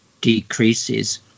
decreases